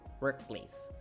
workplace